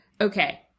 Okay